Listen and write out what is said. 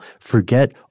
Forget